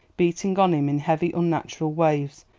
beating on him in heavy unnatural waves,